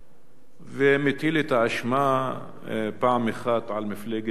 ומטיל את האשמה פעם אחת על מפלגת טאשנאק,